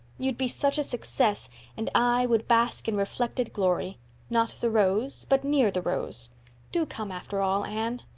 you'd be such a success and i would bask in reflected glory not the rose but near the rose do come, after all, anne.